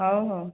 ହଉ ହଉ